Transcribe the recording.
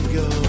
go